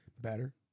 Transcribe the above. better